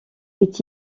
est